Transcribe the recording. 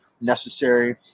Necessary